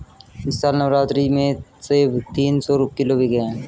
इस साल नवरात्रि में सेब तीन सौ किलो बिके हैं